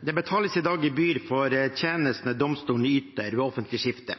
Det betales i dag gebyr for tjenestene domstolene yter ved offentlig skifte.